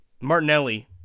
Martinelli